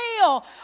real